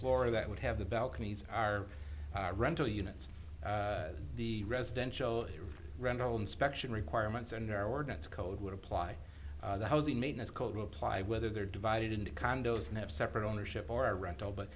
floor that would have the balconies our rental units the residential rental inspection requirements and our ordinance code would apply the housing maintenance called reply whether they're divided into condos and have separate ownership or rental but